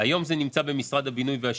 קשה להם.